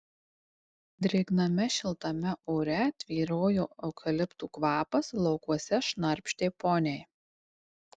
drėgname šiltame ore tvyrojo eukaliptų kvapas laukuose šnarpštė poniai